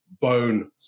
bone